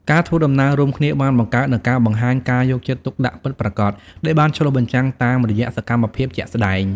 ការធ្វើដំណើររួមគ្នាបានបង្កើតនូវការបង្ហាញការយកចិត្តទុកដាក់ពិតប្រាកដដែលបានឆ្លុះបញ្ចាំងតាមរយៈសកម្មភាពជាក់ស្តែង។